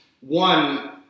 one